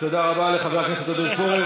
רבה לחבר הכנסת עודד פורר.